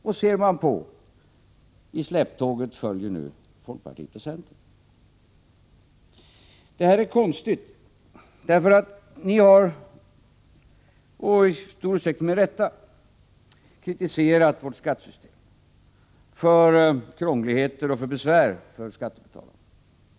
Och ser man på: i släptåget följer nu folkpartiet och centern! Det här är konstigt, därför att ni har — och i stor utsträckning med rätta — kritiserat vårt skattesystem för att det innehåller krångligheter och medför besvär för skattebetalarna.